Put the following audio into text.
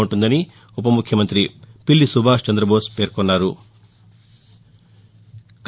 ఉంటుందని ఉప ముఖ్యమంత్రి పిల్లి సుభాష్ చందబోస్ పేర్కొన్నారు